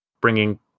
bringing